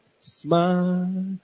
Smile